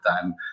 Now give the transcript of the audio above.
time